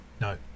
No